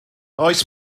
oes